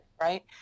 right